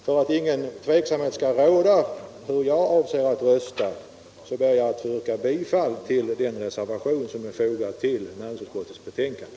För att ingen tveksamhet skall råda om hur jag avser att rösta ber jag att få yrka bifall till den reservation som är fogad till näringsutskottets betänkande.